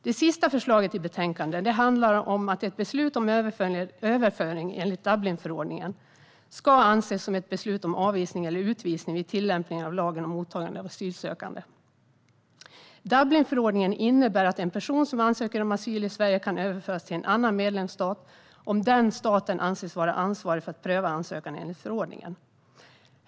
Det sista förslaget i betänkandet handlar om att ett beslut om överföring enligt Dublinförordningen ska anses som ett beslut om avvisning eller utvisning vid tillämpningen av lagen om mottagande av asylsökande m.fl. Dublinförordningen innebär att en person som ansöker om asyl i Sverige kan överföras till en annan medlemsstat om den staten anses vara ansvarig för att pröva ansökan enligt förordningen.